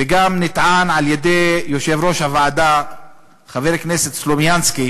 וגם נטען על-ידי יושב-ראש הוועדה חבר הכנסת סלומינסקי,